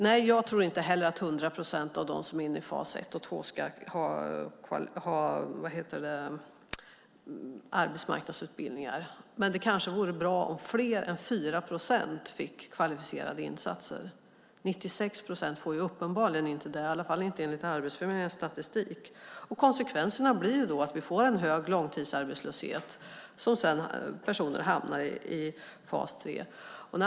Nej, jag tror inte heller att 100 procent av dem som är inne i fas 1 och fas 2 ska ha arbetsmarknadsutbildningar. Men det kanske vore bra om fler än 4 procent omfattades av kvalificerade insatser. 96 procent gör uppenbarligen inte det, i alla fall inte enligt Arbetsförmedlingens statistik. Konsekvensen blir att vi får en hög långtidsarbetslöshet och att personer sedan hamnar i fas 3.